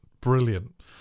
brilliant